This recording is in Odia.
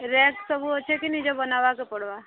ରିଆକ୍ ସବୁ ଅଛେ କି ନିଜେ ବନାବାକେ ପଡ଼ିବା